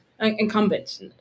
incumbents